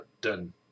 done